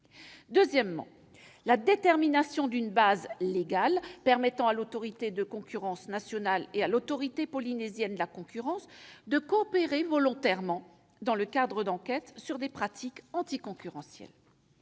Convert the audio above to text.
deuxièmement, la détermination d'une base légale permettant à l'Autorité nationale de la concurrence et à l'Autorité polynésienne de la concurrence de coopérer volontairement dans le cadre d'enquêtes sur des pratiques anticoncurrentielles